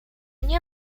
nie